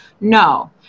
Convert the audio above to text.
No